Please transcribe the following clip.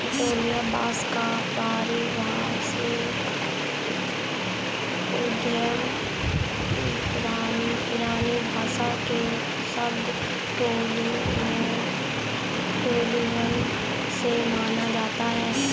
ट्यूलिया वंश का पारिभाषिक उद्गम ईरानी भाषा के शब्द टोलिबन से माना जाता है